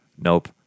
nope